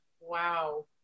Wow